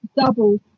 double